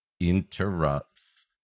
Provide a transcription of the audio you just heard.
interrupts